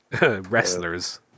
wrestlers